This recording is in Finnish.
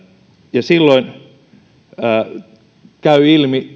ja silloin käy ilmi